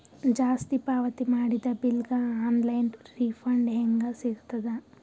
ಜಾಸ್ತಿ ಪಾವತಿ ಮಾಡಿದ ಬಿಲ್ ಗ ಆನ್ ಲೈನ್ ರಿಫಂಡ ಹೇಂಗ ಸಿಗತದ?